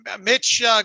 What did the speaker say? Mitch